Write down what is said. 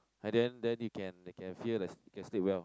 and then then you can you can feel it like you sleep well